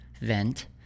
vent